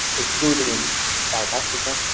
excluding south africa,